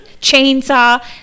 chainsaw